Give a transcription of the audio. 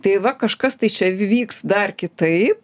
tai va kažkas tai čia vy vyks dar kitaip